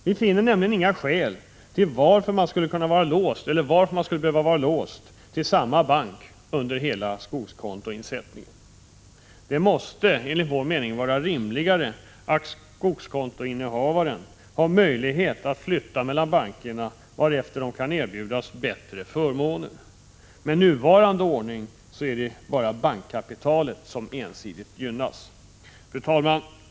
Vi finner inga skäl till att skogskontoinnehavaren skall behöva vara låst till samma bank under hela den tid som insättningar görs på skogskontot. Det måste vara riktigare att skogskontoinnehavaren har möjlighet att flytta kontot mellan olika banker allteftersom dessa kan erbjuda bättre förmåner. Med nuvarande ordning är det bara bankkapitalet som ensidigt gynnas. Fru talman!